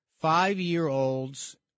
Five-year-olds